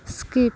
skip